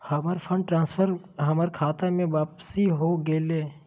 हमर fund transfer हमर खता में वापसी हो गेलय